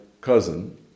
cousin